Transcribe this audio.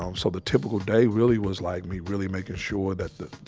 um so, the typical day really was like me really making sure that the,